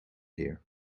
here